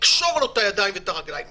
לקשור לו את הידיים ואת הרגליים,